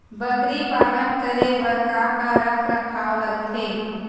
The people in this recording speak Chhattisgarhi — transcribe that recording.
बकरी पालन करे बर काका रख रखाव लगथे?